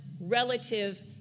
relative